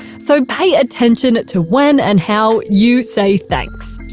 so pay attention to when and how you say thanks!